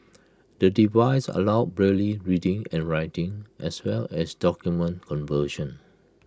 the device allows braille reading and writing as well as document conversion